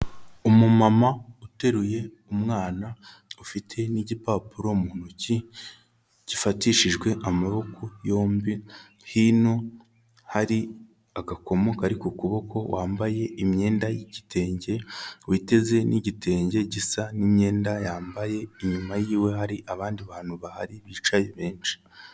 Umumama uteruye umwana ufite n'igipapuro mu ntoki gifatishijwe amaboko yombi, hino hari agakomo kari ku kuboko wambaye imyenda y'igitenge, witeze n'igitenge gisa n'imyenda yambaye, inyuma yiwe hari abandi bantu bahari bicaye benshi.